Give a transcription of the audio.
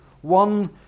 one